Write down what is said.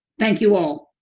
thank you all.